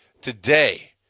Today